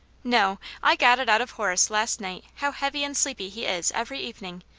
no i got it out of horace last night how heavy and sleepy he is every evening,